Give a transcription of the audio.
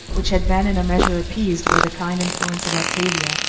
which had been in a measure appeased by the kind influence of octavia,